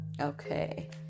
okay